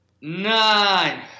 Nine